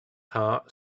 heart